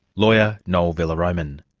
lawyer noel villaroman.